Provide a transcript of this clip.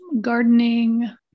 gardening